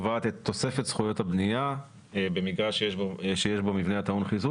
וחצי קומות על הזכויות הקיימות מבחינה תכנונית,